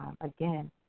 again